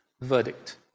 verdict